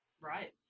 Right